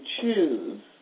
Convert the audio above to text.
choose